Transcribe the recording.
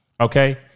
Okay